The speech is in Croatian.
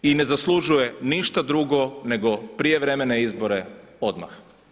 I ne zaslužuje ništa drugo nego prijevremene izbore odmah.